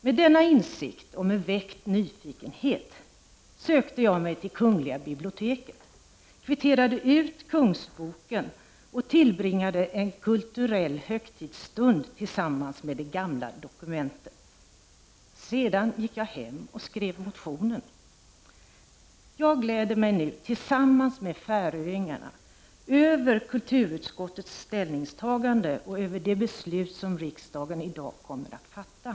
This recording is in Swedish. Med denna insikt och med den nyfikenhet som detta väckt hos mig sökte jag mig till kungl. biblioteket. Där kvitterade jag ut Kungsboken och tillbringade en kulturell högtidsstund tillsammans med det gamla dokumentet. Sedan gick jag hem och skrev min motion. Jag gläder mig nu tillsammans med färöingarna över kulturutskottets ställningstagande och över det beslut som riksdagen i dag kommer att fatta.